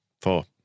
four